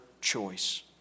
choice